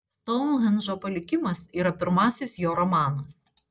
stounhendžo palikimas yra pirmasis jo romanas